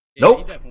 Nope